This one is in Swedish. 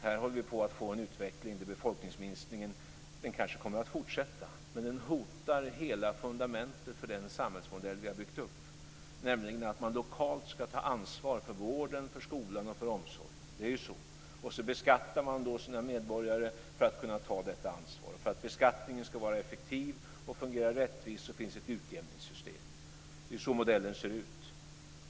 Här håller vi på att få en utveckling där befolkningsminskningen, som kanske kommer att fortsätta, hotar hela fundamentet för den samhällsmodell vi har byggt upp. Den innebär att man lokalt ska ta ansvar för vården, för skolan och för omsorgen, och man beskattar sina medborgare för att kunna ta detta ansvar. För att beskattningen ska vara effektiv och fungera rättvist finns det ett utjämningssystem. Det är så modellen ser ut.